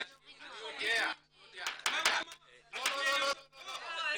כנראה שעל ראש הגנב בוער הכובע.